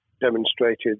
demonstrated